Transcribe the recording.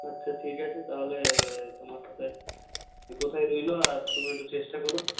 আচ্ছা ঠিক আছে তাহলে তোমার সাথে ওই কথাই রইল আর তুমি একটু চেষ্টা কোরো